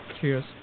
Cheers